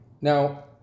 Now